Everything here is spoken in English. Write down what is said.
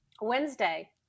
Wednesday